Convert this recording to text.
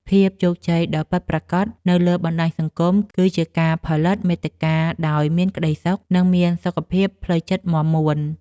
ភាពជោគជ័យដ៏ពិតប្រាកដនៅលើបណ្ដាញសង្គម គឺជាការផលិតមាតិកាដោយមានក្ដីសុខ និងមានសុខភាពផ្លូវចិត្តមាំមួន។